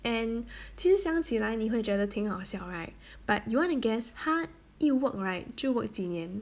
and 其实想起来你会觉得挺好笑 right but you want to guess 他一 work right 就 work 几年